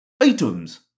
items